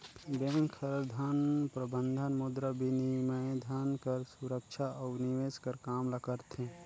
bank हर धन प्रबंधन, मुद्राबिनिमय, धन कर सुरक्छा अउ निवेस कर काम ल करथे